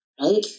right